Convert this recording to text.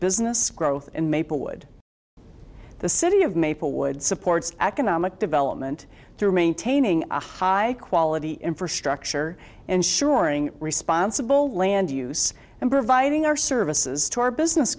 business growth in maplewood the city of maplewood supports economic development through maintaining a high quality infrastructure ensuring responsible land use and providing our services to our business